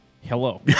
Hello